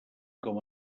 com